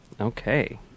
Okay